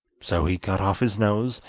so he cut off his nose,